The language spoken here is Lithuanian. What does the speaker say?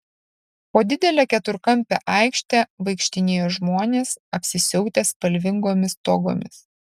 po didelę keturkampę aikštę vaikštinėjo žmonės apsisiautę spalvingomis togomis